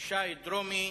שי דרומי,